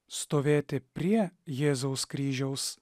stovėti prie jėzaus kryžiaus